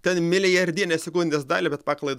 ten milijardinę sekundės dalį bet paklaidą